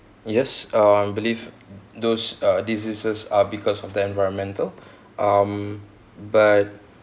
yes uh I believe those uh diseases are because of the environmental um but